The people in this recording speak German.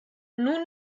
nun